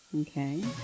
Okay